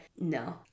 no